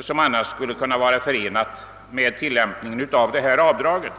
som annars skulle kunna bli följden av detta avdrag.